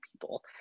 people